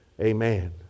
Amen